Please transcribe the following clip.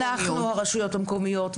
אנחנו הרשויות המקומיות,